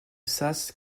sas